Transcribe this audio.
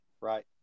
Right